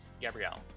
Gabrielle